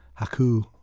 haku